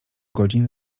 godzin